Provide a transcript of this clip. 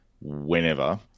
whenever